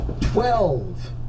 Twelve